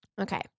Okay